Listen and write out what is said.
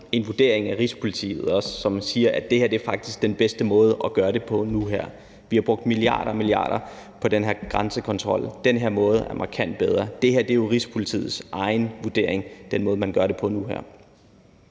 en vurdering fra Rigspolitiet, som siger, at det er den bedste måde at gøre det på nu og her. Vi har brugt milliarder og milliarder på den her grænsekontrol. Den her måde er markant bedre. Den måde, man gør det på nu,